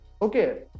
Okay